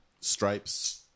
stripes